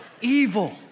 Evil